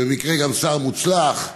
במקרה גם שר מוצלח,